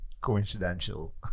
coincidental